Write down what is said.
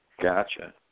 Gotcha